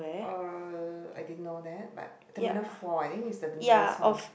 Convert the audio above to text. err I didn't know that but Terminal four I think is the newest one